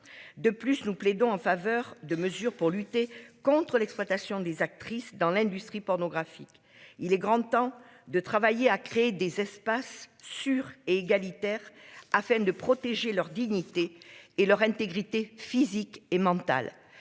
De plus, nous plaidons en faveur de mesures pour lutter contre l'exploitation des actrices dans l'industrie pornographique. Il est grand temps de travailler à créer des espaces sur égalitaire afin de protéger leur dignité et leur intégrité physique et mentale.